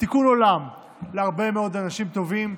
תיקון עולם להרבה מאוד אנשים טובים.